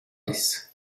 this